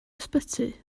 ysbyty